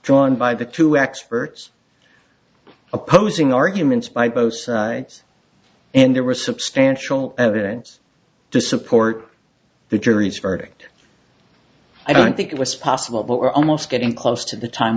drawn by the two experts opposing arguments by both and there was substantial evidence to support the jury's verdict i don't think it was possible but we're almost getting close to the time